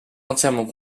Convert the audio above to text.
entièrement